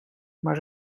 maar